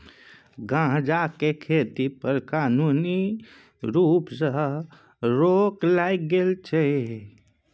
गांजा केर खेती पर कानुनी रुप सँ रोक लागल छै